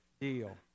deal